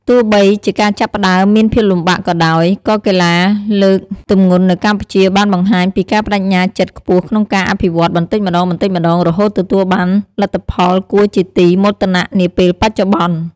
ទោះបីជាការចាប់ផ្តើមមានភាពលំបាកក៏ដោយ ក៏កីឡាលើកទម្ងន់នៅកម្ពុជាបានបង្ហាញពីការប្តេជ្ញាចិត្តខ្ពស់ក្នុងការអភិវឌ្ឍន៍បន្តិចម្តងៗរហូតទទួលបានលទ្ធផលគួរជាទីមោទនៈនាពេលបច្ចុប្បន្ន។